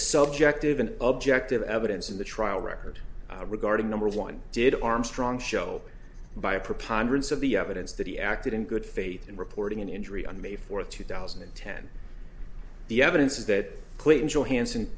subjective and objective evidence in the trial record regarding number one did armstrong show by a preponderance of the evidence that he acted in good faith in reporting an injury on may fourth two thousand and ten the evidence is that clinton johans